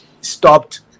stopped